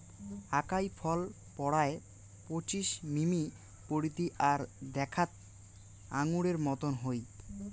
আকাই ফল পরায় পঁচিশ মিমি পরিধি আর দ্যাখ্যাত আঙুরের মতন হই